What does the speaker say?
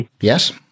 Yes